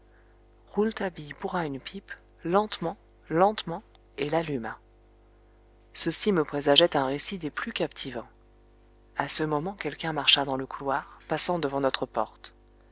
rouletabille bourra une pipe lentement lentement et l'alluma ceci me présageait un récit des plus captivants à ce moment quelqu'un marcha dans le couloir passant devant notre porte